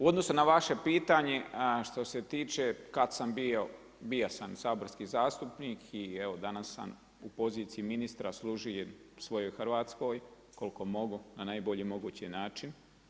U odnosu na vaše pitanje što se tiče kada sam bio, bio sam saborski zastupnik i evo danas sam u poziciji ministra služim svojoj Hrvatskoj koliko mogu na najbolji mogući način.